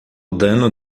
dano